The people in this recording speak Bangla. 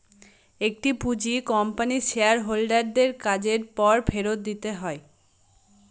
একটি পুঁজি কোম্পানির শেয়ার হোল্ডার দের কাজের পর ফেরত দিতে হয়